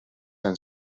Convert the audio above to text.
han